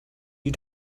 you